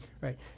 Right